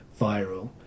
viral